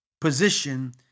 position